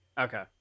Okay